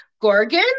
Gorgon